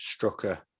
Strucker